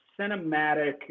cinematic